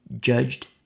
judged